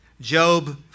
Job